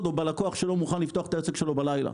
או עם הלקוח שלא מוכן לפתוח את העסק שלו בלילה.